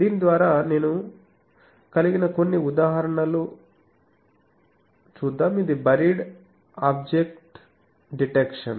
దీని ద్వారా నేను కలిగి ఉన్న కొన్ని ఉదాహరణలు ఇది బరీడ్ ఆబ్జెక్ట్ డిటెక్షన్